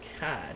God